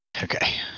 Okay